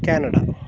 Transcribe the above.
Canada